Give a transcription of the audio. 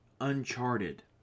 Uncharted